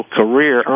career